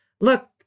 look